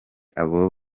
abo